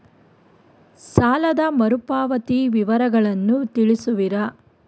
ಸಾಲದ ಮರುಪಾವತಿ ವಿವರಗಳನ್ನು ತಿಳಿಸುವಿರಾ?